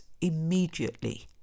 immediately